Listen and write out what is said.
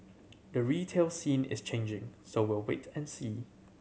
the retail scene is changing so we'll wait and see